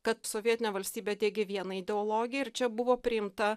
kad sovietinė valstybė teigė vieną ideologiją ir čia buvo priimta